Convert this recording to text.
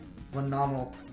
phenomenal